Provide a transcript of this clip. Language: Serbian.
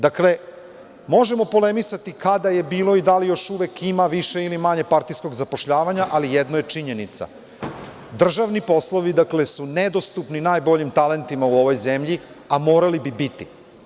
Dakle, možemo polemisati kada je bilo i da li još uvek ima više ili manje partijskog zapošljavanja, ali jedno je činjenica, državni poslovi su, dakle, nedostupni najboljim talentima u ovoj zemlji, a morali bi biti.